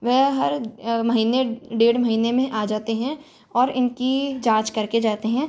वह हर महीने डेढ़ महीने में आ जाते हैं और इनकी जाँच करके जाते हैं